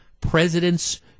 presidents